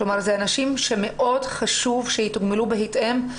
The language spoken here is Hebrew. זה אנשים שמאוד חשוב שיתוגמלו בהתאם.